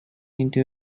into